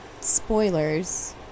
spoilers